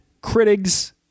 critics